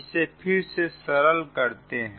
जिसे फिर से सरल करते हैं